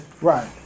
Right